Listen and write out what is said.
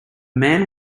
man